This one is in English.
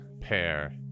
pair